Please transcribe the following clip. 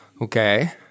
Okay